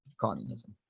communism